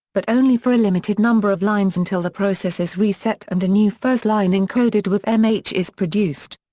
but only for a limited number of lines until the process is reset and a new first line encoded with mh is produced.